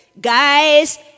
guys